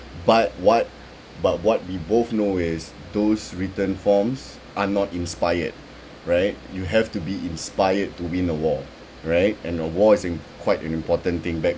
but what but what we both know is those written forms are not inspired right you have to be inspired to win the war right and you know war is im~ quite an important thing back